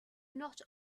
not